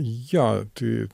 jo tai